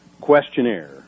questionnaire